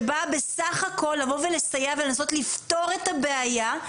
שבא בסך הכול לבוא ולסייע ולנסות לפתור את הבעיה,